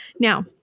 Now